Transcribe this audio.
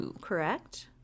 correct